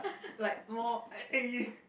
like more